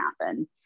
happen